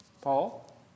Paul